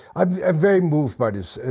i'm very moved by this.